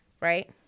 right